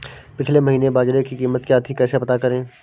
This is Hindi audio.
पिछले महीने बाजरे की कीमत क्या थी कैसे पता करें?